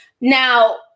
Now